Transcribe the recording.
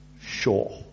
Sure